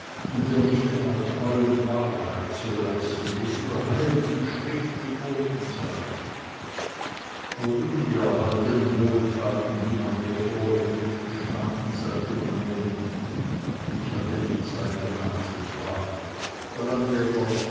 und ihr nicht einmal treu und wahrheit zu leisten wie es in der heiligen schrift geboten sei worin die erhaltenen wohltaten die man mir vorhielt bestanden sagte man mir nicht und ich hatte nicht zeit darnach zu fragen der landjäger